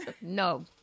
no